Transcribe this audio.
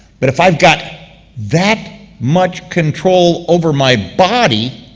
but if i've got that much control over my body